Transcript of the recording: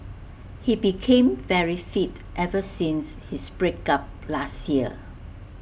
he became very fit ever since his break up last year